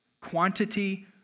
Quantity